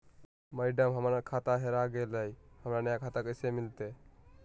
madam, हमर खाता हेरा गेलई, हमरा नया खाता कैसे मिलते